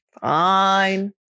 Fine